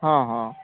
ହଁ ହଁ